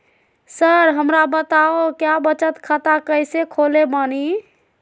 Sir हमरा बताओ क्या बचत खाता कैसे खोले बानी?